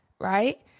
right